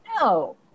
No